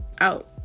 out